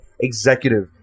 executive